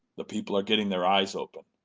the people are getting their eyes open.